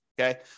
Okay